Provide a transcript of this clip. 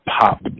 pop